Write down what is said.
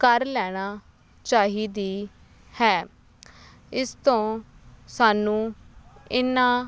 ਕਰ ਲੈਣਾ ਚਾਹੀਦੀ ਹੈ ਇਸ ਤੋਂ ਸਾਨੂੰ ਇਹਨਾਂ